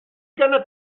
gonna